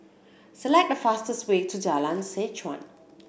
select the fastest way to Jalan Seh Chuan